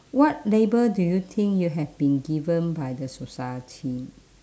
what label do you think you have been given by the society